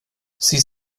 sie